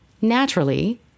Naturally